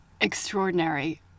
extraordinary